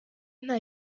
nta